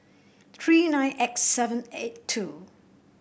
three nine X seven eight two